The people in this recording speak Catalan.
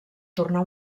tornar